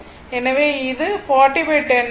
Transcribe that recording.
எனவே இது 4010 ஆக இருக்கும்